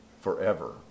forever